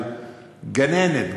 על גננת,